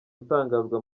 atangazwa